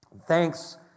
Thanks